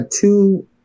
two